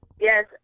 Yes